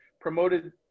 promoted